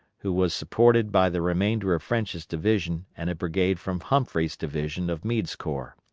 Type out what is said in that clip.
who was supported by the remainder of french's division and a brigade from humphrey's division of meade's corps,